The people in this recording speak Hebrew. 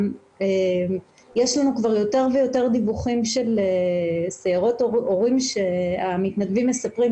יש לנו יותר ויותר דיווחים של סיירות הורים שהמתנדבים מספרים,